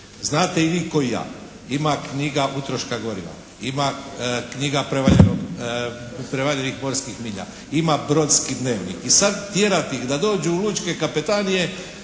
Znate i vi kao i ja. Ima knjiga utroška goriva, ima knjiga prevaljenih morskih milja, ima brodski dnevnik. I sad tjerati ih da dođu u lučke kapetanije